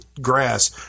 grass